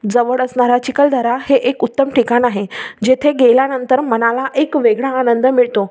जवळ असणारा चिखलदरा हे एक उत्तम ठिकाण आहे जेथे गेल्यानंतर मनाला एक वेगळा आनंद मिळतो